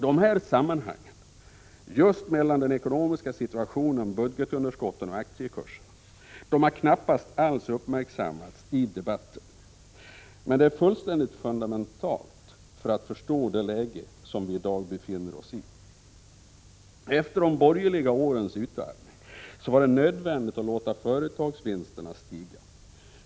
De här sambanden just mellan den ekonomiska situationen, budgetunderskotten och aktiekurserna har knappast alls uppmärksammats i debatten. Men en kännedom om de sambanden är fundamental för att man skall förstå det läge som vi i dag befinner oss i. Efter de borgerliga årens utarmning var det nödvändigt att låta företagsvinsterna stiga.